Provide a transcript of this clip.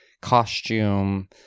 costume